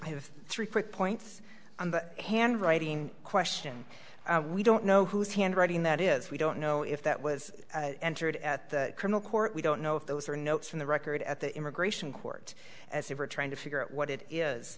i have three quick points on the handwriting question we don't know whose handwriting that is we don't know if that was entered at the criminal court we don't know if those are notes from the record at the immigration court as if we're trying to figure out what it is